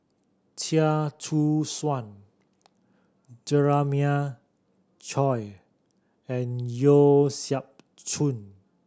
Chia Choo Suan Jeremiah Choy and Yeo Siak Goon